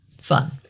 fun